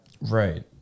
Right